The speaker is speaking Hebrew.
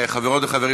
חברות וחברים,